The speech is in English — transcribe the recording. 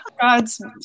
God's